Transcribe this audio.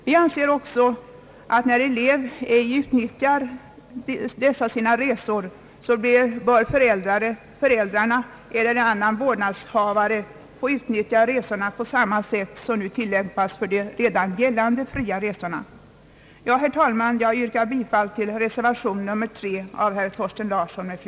Vi anser också att när elev inte utnyttjar sina resor bör föräldrarna eller annan vårdnadshavare få utnyttja dem på samma sätt som nu tillämpas för de redan gällande fria resorna. Jag yrkar, herr talman, bifall till reservationen av herr Thorsten Larsson mi, fl.